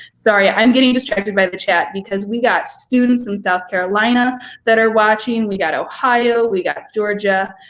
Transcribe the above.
sorry, i'm getting distracted by the chat because we got students in south carolina that are watching, we got ohio, we got georgia.